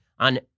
On